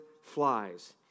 flies